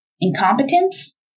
Incompetence